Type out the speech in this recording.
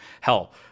hell